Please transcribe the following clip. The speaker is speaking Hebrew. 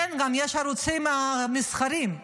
יש גם ערוצים מסחריים,